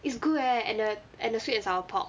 is good eh and the and the sweet and sour pork